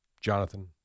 jonathan